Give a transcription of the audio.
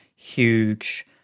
huge